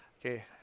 Okay